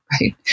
right